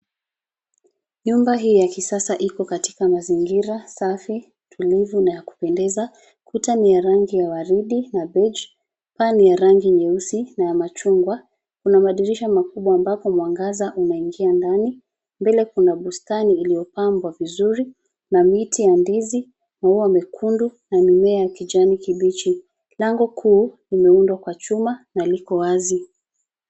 Nyumba hii ya kisasa iko katika mazingira safi, tulivu na ya kupendeza. Kuta ni ya rangi ya waridi na beige paa ni ya rangi nyeusi na ya machungwa. Kuna madirisha makubwa ambako mwangaza unaingia ndani mbele kuna bustani iliyo pangwa vizuri na miti ya ndizi, maua mekundu na mimea ya kijani kibichi. Lango kuu limeundwa kwa chuma na liko wazi.